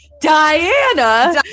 Diana